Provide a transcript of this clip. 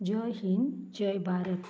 जय हिंद जय भारत